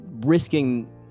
risking